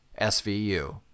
SVU